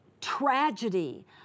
tragedy